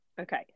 Okay